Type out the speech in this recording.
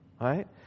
right